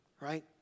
right